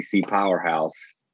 powerhouse